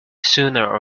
sooner